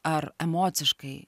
ar emociškai